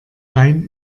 rein